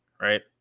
right